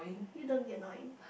you don't be annoying